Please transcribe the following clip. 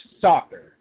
soccer